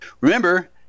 Remember